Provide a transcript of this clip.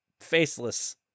faceless